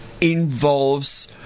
involves